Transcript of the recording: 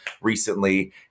recently